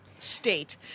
State